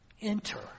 enter